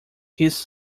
his